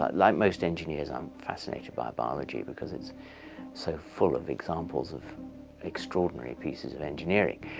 ah like most engineers, i'm fascinated by biology because it is so full of examples of extraordinary pieces of engineering.